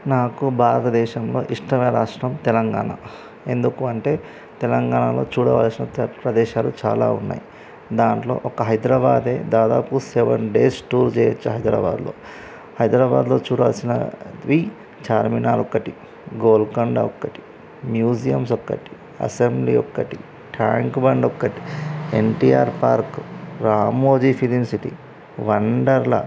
నాకు భారత దేశంలో ఇష్టమైన రాష్ట్రం తెలంగాణ ఎందుకు అంటే తెలంగాణలో చూడవలసిన తె ప్రదేశాలు చాలా ఉన్నాయి దాంట్లో ఒక హైదరాబాదే దాదాపు సెవెన్ డేస్ టూర్ చేయవచ్చు హైదరాబాద్లో హైదరాబాద్లో చూడాల్సినవి చార్మినార్ ఒక్కటి గోల్కొండ ఒక్కటి మ్యూజియమ్స్ ఒక్కటి అసెంబ్లీ ఒక్కటి ట్యాంక్ బండ్ ఒక్కటి NTR park Ramoji film city Wonderla